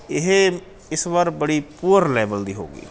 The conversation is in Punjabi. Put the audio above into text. ਇਹ ਇਸ ਵਾਰ ਬੜੀ ਪੂਅਰ ਲੈਵਲ ਦੀ ਹੋ ਗਈ